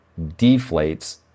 deflates